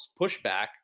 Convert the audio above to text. pushback